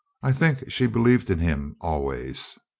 i think she believed in him always.